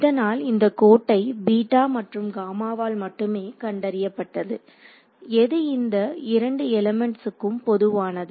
இதனால் இந்தக் கோட்டை பீட்டா மற்றும் காமாவால் மட்டுமே கண்டறியப்பட்டது எது இந்த இரண்டு எலிமெண்ட்ஸ்க்கும் பொதுவானது